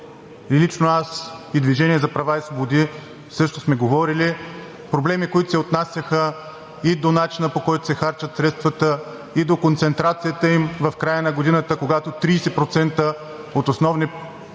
лично аз и „Движение за права и свободи“ също сме говорили. Проблеми, които се отнасяха и до начина, по който се харчат средствата и до концентрацията им в края на годината, когато 30% от основни бюджетни